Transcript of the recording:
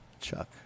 Chuck